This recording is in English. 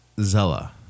Zella